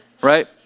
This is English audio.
right